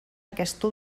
aquesta